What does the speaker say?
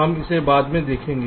हम इसे बाद में देखेंगे